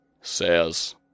Says